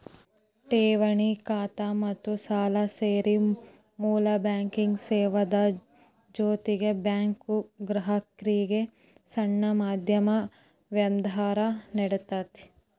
ಠೆವಣಿ ಖಾತಾ ಮತ್ತ ಸಾಲಾ ಸೇರಿ ಮೂಲ ಬ್ಯಾಂಕಿಂಗ್ ಸೇವಾದ್ ಜೊತಿಗೆ ಬ್ಯಾಂಕು ಗ್ರಾಹಕ್ರಿಗೆ ಸಣ್ಣ ಮಧ್ಯಮ ವ್ಯವ್ಹಾರಾ ನೇಡ್ತತಿ